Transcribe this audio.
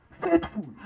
faithful